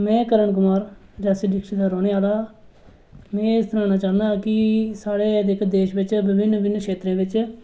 में कर्ण कुमार रियासी डिस्टिक दा रौंह्ने आह्ला में सनानां चाह्न्नां कि साढ़े जेह्के देश बिच विभिन्न क्षेत्रें बिच